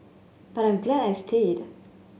but I'm glad I stayed